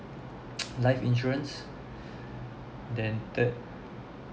life insurance then third